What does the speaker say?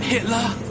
Hitler